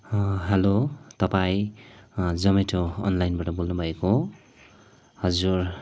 hello तपाईँ Zomato अनलाइनबाट बोल्नु भएको हो हजुर